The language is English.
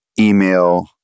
email